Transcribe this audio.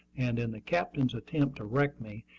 and in the captain's attempt to wreck me,